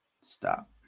stop